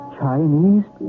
Chinese